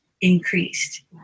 increased